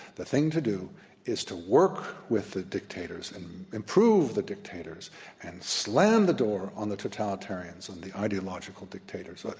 the thing to do is to work with the dictators and improve the dictators and slam the door on the totalitarians and the ideological dictators. but